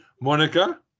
Monica